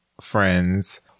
friends